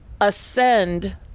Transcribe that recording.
ascend